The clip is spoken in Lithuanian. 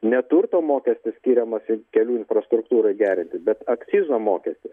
neturto mokestis skiriamas kelių infrastruktūrai gerinti bet akcizo mokestis